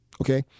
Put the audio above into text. Okay